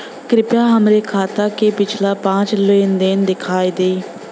कृपया हमरे खाता क पिछला पांच लेन देन दिखा दी